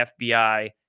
FBI